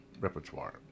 repertoire